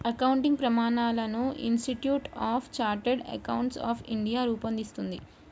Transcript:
accounting ప్రమాణాలను institute of chartered accountants of India రూపొందిస్తుంది